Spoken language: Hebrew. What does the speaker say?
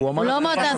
לא מאותה תקופה.